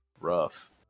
rough